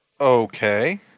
Okay